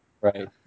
right